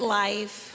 life